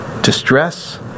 distress